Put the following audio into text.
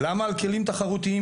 לצערי בארץ אי אפשר,